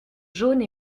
jaune